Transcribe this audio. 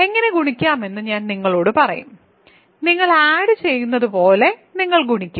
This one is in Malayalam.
എങ്ങനെ ഗുണിക്കാമെന്ന് ഞാൻ നിങ്ങളോട് പറയും നിങ്ങൾ ആഡ് ചെയ്യുന്നത് പോലെ നിങ്ങൾ ഗുണിക്കും